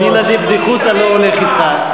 מילה דבדיחותא לא הולך אתך.